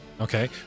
Okay